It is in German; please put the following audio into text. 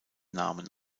namen